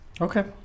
Okay